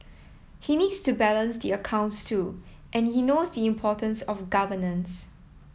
he needs to balance the accounts too and he knows the importance of governance